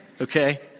Okay